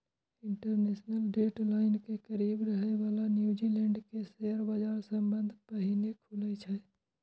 international date line के करीब रहै बला न्यूजीलैंड के शेयर बाजार सबसं पहिने खुलै छै